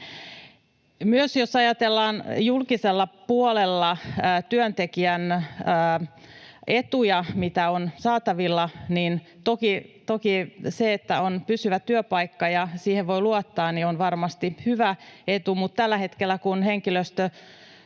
Myös jos ajatellaan julkisella puolella työntekijän etuja, mitä on saatavilla, niin toki se, että on pysyvä työpaikka ja siihen voi luottaa, on varmasti hyvä etu, mutta tällä hetkellä, kun henkilöstöstä